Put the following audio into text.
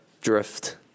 drift